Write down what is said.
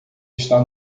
estar